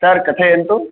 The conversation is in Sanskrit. सार् कथयन्तु